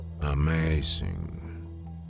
Amazing